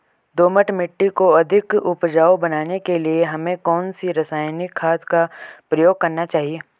दोमट मिट्टी को अधिक उपजाऊ बनाने के लिए हमें कौन सी रासायनिक खाद का प्रयोग करना चाहिए?